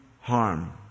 harm